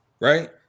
right